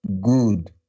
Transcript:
good